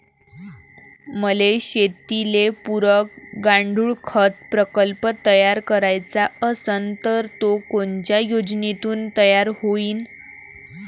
मले शेतीले पुरक गांडूळखत प्रकल्प तयार करायचा असन तर तो कोनच्या योजनेतून तयार होईन?